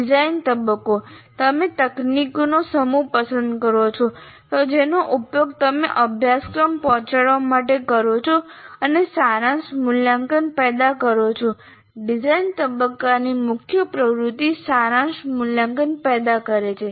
design તબક્કો તમે તકનીકોનો સમૂહ પસંદ કરો છો જેનો ઉપયોગ તમે અભ્યાસક્રમ પહોંચાડવા માટે કરો છો અને સારાંશ મૂલ્યાંકન પેદા કરો છો ડિઝાઇન તબક્કાની મુખ્ય પ્રવૃત્તિ સારાંશ મૂલ્યાંકન પેદા કરે છે